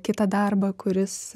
kitą darbą kuris